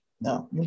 no